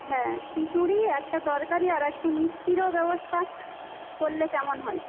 হ্যাঁ খিচুড়ি একটা তরকারি আর একটু মিষ্টিরও ব্যবস্থা করলে কেমন হয়